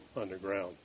underground